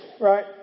right